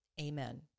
Amen